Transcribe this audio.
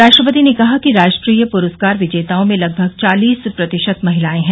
राष्ट्रपति ने कहा कि राष्ट्रीय पुरस्कार विजेताओं में लगभग चालीस प्रतिशत महिलाए हैं